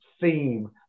theme